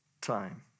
time